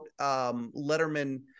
Letterman